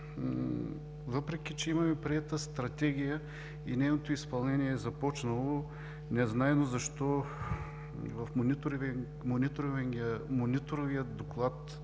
въпреки че имаме приета Стратегия и нейното изпълнение е започнало, незнайно защо в Мониторинговия доклад